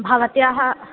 भवत्याः